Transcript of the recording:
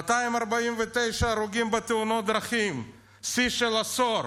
249 הרוגים בתאונות דרכים, שיא של עשור.